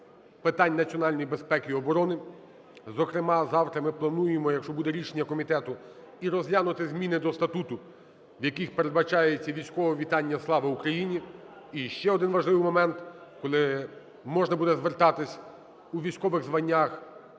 питань національної безпеки і оброни. Зокрема, завтра ми плануємо, якщо буде рішення комітету, і розглянути зміни до Статуту, в яких передбачається військове вітання: "Слава Україні!". І ще один важливий момент, коли можна буде звертатися у військових званнях